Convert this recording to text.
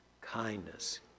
kindness